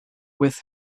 with